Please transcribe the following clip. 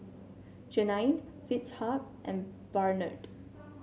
Janine Fitzhugh and Barnard